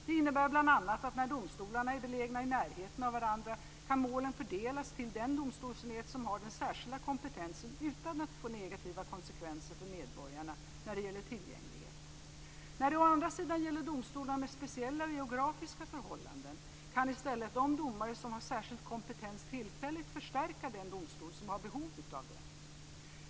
Det innebär bl.a. att när domstolarna är belägna i närheten av varandra kan målen fördelas till den domstolsenhet som har den särskilda kompetensen, utan att det får negativa konsekvenser för medborgarna när det gäller tillgänglighet. När det å andra sidan gäller domstolar med speciella geografiska förhållanden kan i stället de domare som har särskild kompetens tillfälligt förstärka den domstol som har behov av det.